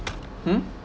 mm